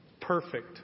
Perfect